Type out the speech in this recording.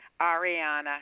Ariana